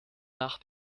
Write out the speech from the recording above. nach